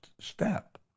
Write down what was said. step